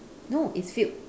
no it's filled